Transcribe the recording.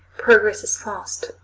progress is fast.